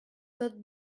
tot